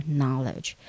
knowledge